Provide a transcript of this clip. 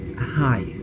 Hi